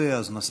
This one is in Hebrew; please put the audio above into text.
יפה אז נספיק.